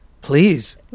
Please